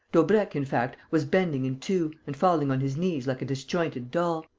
daubrecq, in fact, was bending in two and falling on his knees like a disjointed doll.